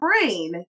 brain